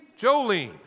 Jolene